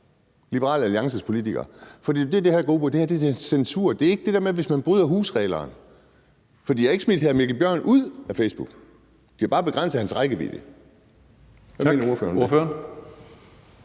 det handler om censur. Det er ikke det der med, hvis man bryder husreglerne; for de har ikke smidt hr. Mikkel Bjørn ud af Facebook – de har bare begrænset hans rækkevidde.